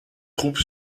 troupe